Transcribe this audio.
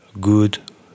good